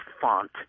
font